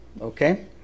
okay